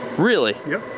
really? yep.